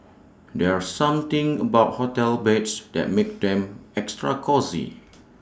there's something about hotel beds that makes them extra cosy